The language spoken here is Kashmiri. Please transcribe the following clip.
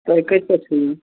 تُہۍ کتہِ پیٚٹھ چھُو یُن